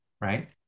right